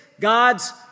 God's